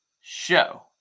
show